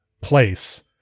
place